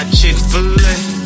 Chick-fil-A